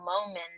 moment